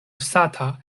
sata